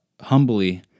Humbly